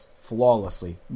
flawlessly